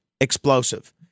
explosive